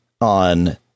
on